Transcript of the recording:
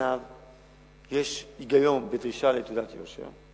יש היגיון בדרישה לתעודת יושר.